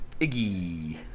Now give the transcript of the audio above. Iggy